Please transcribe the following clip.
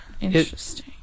Interesting